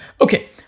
Okay